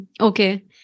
Okay